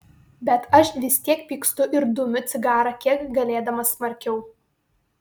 bet aš vis tiek pykstu ir dumiu cigarą kiek galėdamas smarkiau